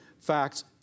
facts